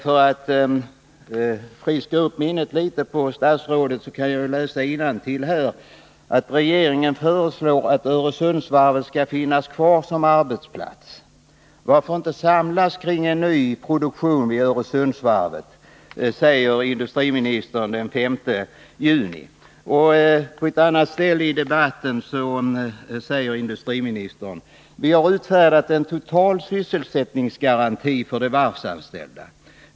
För att friska upp statsrådets minne litet skall jag läsa innantill från protokollet av den 5 juni 1980. Industriministern säger: ”Regeringen föreslår att Öresundsvarvet skall finnas kvar som arbetsplats. --- Varför inte samlas kring en ny produktion vid Öresundsvarvet, PESENEN, od I ett senare inlägg i debatten säger industriministern: ”Vi har utfärdat en total sysselsättningsgaranti för de varvsanställda.